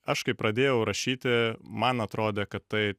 aš kaip pradėjau rašyti man atrodė kad tai